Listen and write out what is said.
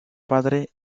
padre